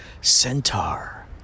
Centaur